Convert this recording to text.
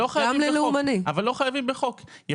לא חייבים בחוק,